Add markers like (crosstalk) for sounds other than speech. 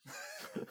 (laughs)